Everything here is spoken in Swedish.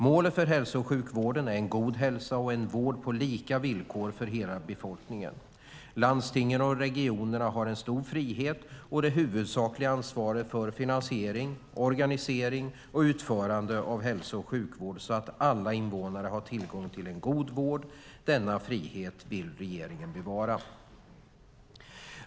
Målet för hälso och sjukvården är en god hälsa och en vård på lika villkor för hela befolkningen. Landstingen och regionerna har en stor frihet och det huvudsakliga ansvaret för finansiering, organisering och utförande av hälso och sjukvård så att alla invånare har tillgång till en god vård. Denna frihet vill regeringen bevara.